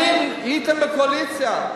שנים הייתם בקואליציה.